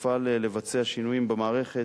נפעל לבצע שינויים במערכת,